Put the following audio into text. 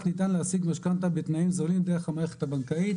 ניתן להשיג משכנתא בתנאים זולים דרך המערכת הבנקאית".